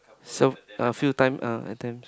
sev~ a few times uh attempts